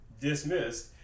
dismissed